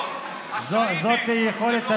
זו יכולת הסיבולת שלך.